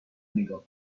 نگاه